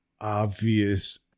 obvious